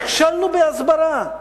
נכשלנו בהסברה,